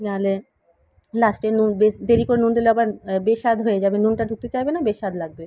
নালে লাস্টে নুন বেশ দেরি করে নুন দিলে আবার বেস্বাদ হয়ে যাবে নুনটা ঢুকতে চাইবে না বেস্বাদ লাগবে